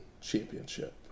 championship